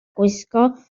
gwisgo